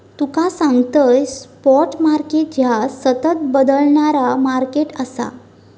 तुका सांगतंय, spot market ह्या सतत बदलणारा मार्केट आसा